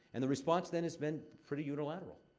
and the response, then, has been pretty unilateral.